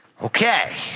Okay